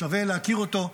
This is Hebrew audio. שווה להכיר אותו.